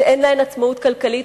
שאין להן עצמאות כלכלית,